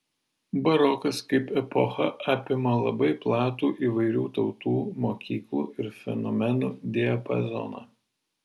barokas kaip epocha apima labai platų įvairių tautų mokyklų ir fenomenų diapazoną